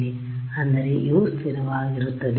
ಅಂದರೆU ಸ್ಥಿರವಾಗಿರುತ್ತದೆ